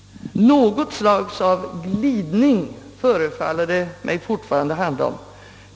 Något slags glidning tycker jag att det handlar om.